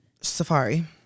Safari